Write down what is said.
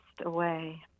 away